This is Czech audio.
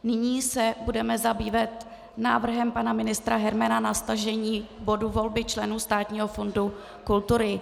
Nyní se budeme zabývat návrhem pana ministra Hermana na stažení bodu Volby členů Státního fondu kultury.